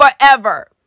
forever